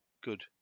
good